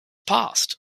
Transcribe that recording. passed